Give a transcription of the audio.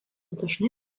dažnai